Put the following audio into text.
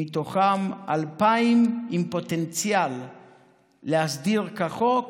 ומתוכם 2,000 עם פוטנציאל להסדיר כחוק